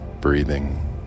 breathing